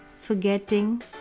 forgetting